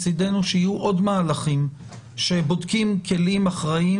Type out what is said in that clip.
מצדנו שיהיו עוד מהלכים שבודקים כלים אחראיים